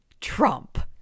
Trump